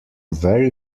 very